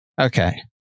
Okay